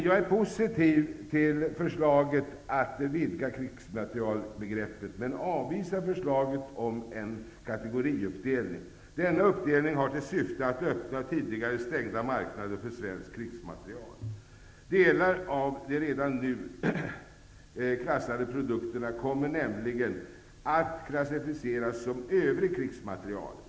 Jag är positiv till förslaget att vidga krigsmaterielbegreppet men avvisar förslaget om en kategoriuppdelning. Denna uppdelning har till syfte att öppna tidigare stängda marknader för svensk krigsmateriel. Delar av de redan nu krigsmaterielklassade produkterna kommer nämligen att klassificeras som ''övrig krigsmateriel''.